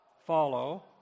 follow